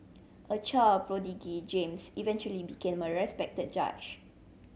a child prodigy James eventually became a respected judge